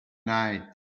night